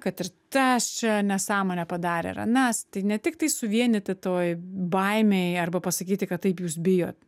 kad ir tas čia nesąmonę padarė ar anas tai ne tiktai suvienyti toj baimėj arba pasakyti kad taip jūs bijot